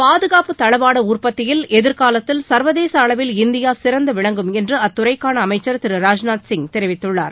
பாதுகாப்பு தளவாட உற்பத்தியில் எதிர்காலத்தில் சர்வதேச அளவில் இந்தியா சிறந்து விளங்கும் என்று அத்துறைக்கான அமைச்சர் திரு ராஜ்நாத் சிங் தெரிவித்துள்ளார்